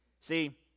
see